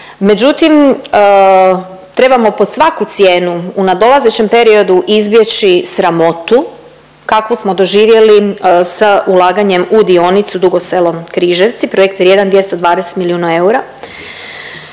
Međutim, trebamo pod svaku cijenu u nadolazećem periodu izbjeći sramotu kakvu smo doživjeli sa ulaganjem u dionicu Dugo Selo-Križevci, projekt vrijedan 220 milijuna eura.